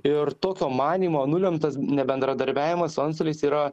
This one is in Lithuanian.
ir tokio manymo nulemtas nebendradarbiavimas su antstoliais yra